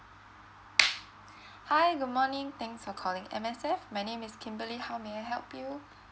hi good morning thanks for calling M_S_F my name is kimberly how may I help you